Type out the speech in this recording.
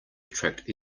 attract